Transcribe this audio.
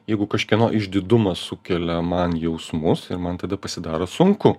jeigu kažkieno išdidumas sukelia man jausmus ir man tada pasidaro sunku